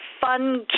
fun